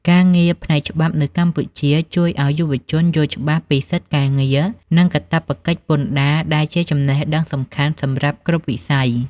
ការងារផ្នែកច្បាប់នៅកម្ពុជាជួយឱ្យយុវជនយល់ច្បាស់ពីសិទ្ធិការងារ និងកាតព្វកិច្ចពន្ធដារ ដែលជាចំណេះដឹងសំខាន់សម្រាប់គ្រប់វិស័យ។